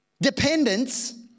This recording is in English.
dependence